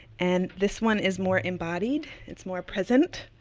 and this one is more embodied, it's more present,